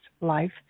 life